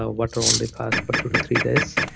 ah water-only fast for two to three days.